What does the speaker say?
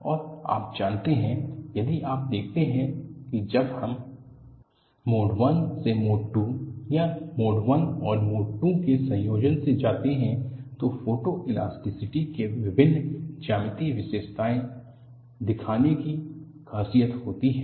और आप जानते हैं यदि आप देखते हैं कि जब हम मोड 1 से मोड 2 या मोड 1 और मोड 2 के संयोजन से जाते हैं तो फोटोएलास्टिसिटी में विभिन्न ज्यामितीय विशेषताएं दिखाने की खासियत होती है